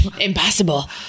Impossible